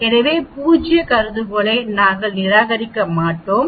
எனவே பூஜ்ய கருதுகோளை நாங்கள் நிராகரிக்க மாட்டோம்